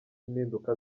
impinduka